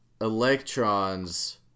electrons